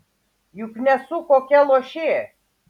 juk nesu kokia luošė